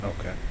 Okay